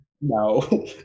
No